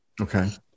Okay